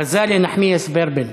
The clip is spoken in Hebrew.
ע'זלה נחמיאס ורבין.